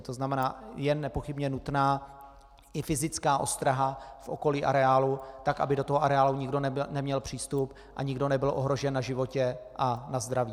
To znamená, je nepochybně nutná i fyzická ostraha v okolí areálu tak, aby do toho areálu nikdo neměl přístup a nikdo nebyl ohrožen na životě a na zdraví.